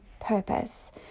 purpose